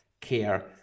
care